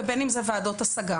ובין אם זה ועדות השגה.